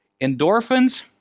endorphins